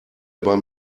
beim